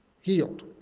healed